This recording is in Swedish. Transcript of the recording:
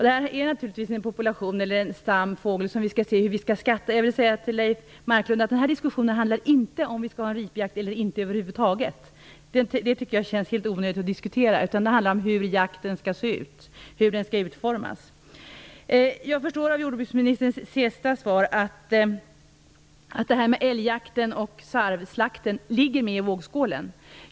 Det här är naturligtvis en stam av fåglar som vi skall se hur vi skall skatta. Jag vill i det sammanhanget säga till Leif Marklund att denna diskussion inte handlar om huruvida vi över huvud taget skall ha en ripjakt - det tycker jag känns helt onödigt att diskutera - utan om hur jakten skall se ut och hur den skall utformas. Av jordbruksministerns senaste inlägg förstår jag att detta med älgjakten och sarvslakten ligger med i vågskålen.